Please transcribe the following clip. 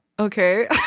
okay